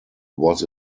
was